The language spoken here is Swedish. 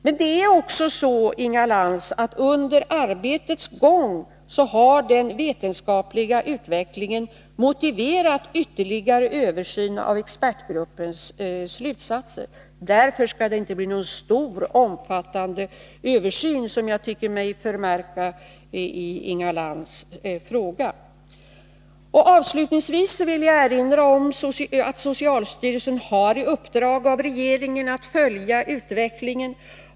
Men det är också så, Inga Lantz, att den vetenskapliga utvecklingen under arbetets gång har motiverat ytterligare översyn av expertgruppens slutsatser. Det skall emellertid inte bli någon mycket omfattande översyn som jag tycker Inga Lantz fråga ger en antydan om. Avslutningsvis vill jag erinra om att socialstyrelsen har i uppdrag av regeringen att följa utvecklingen.